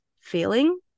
feeling